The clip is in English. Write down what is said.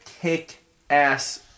kick-ass